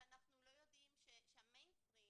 שהמיינסטרים,